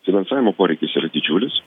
finansavimo poreikis yra didžiulis